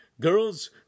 Girls